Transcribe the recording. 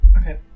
Okay